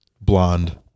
Blonde